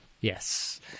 yes